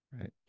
right